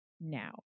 Now